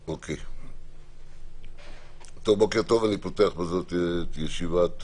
אני מתכבד לפתוח את הדיון.